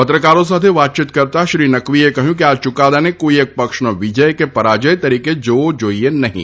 પત્રકારો સાથે વાતચીત કરતાં શ્રી નકવીએ કહ્યું કે આ ચૂકાદાને કોઇ એક પક્ષનો વિજય કે પરાજય તરીકે જોવો જોઇએ નહીં